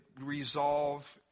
resolve